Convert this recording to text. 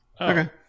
okay